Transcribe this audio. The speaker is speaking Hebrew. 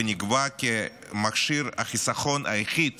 ונקבע כי מכשיר החיסכון היחיד